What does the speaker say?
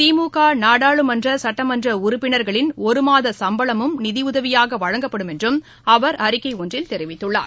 திமுகநாடாளுமன்ற சட்டமன்றஉறுப்பினா்களின் தவிர ஒருமாதசம்பளமும் இது நிதிஉதவியாகவழங்கப்படும் என்றுஅவர் அறிக்கைஒன்றில் தெரிவித்துள்ளார்